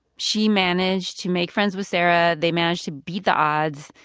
she managed to make friends with sarah. they managed to beat the odds.